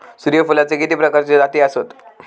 सूर्यफूलाचे किती प्रकारचे जाती आसत?